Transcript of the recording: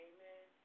Amen